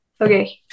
Okay